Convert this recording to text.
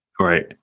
right